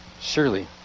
Surely